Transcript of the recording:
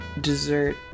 dessert